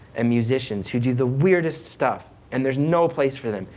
and musicians who do the weirdest stuff, and there's no place for them.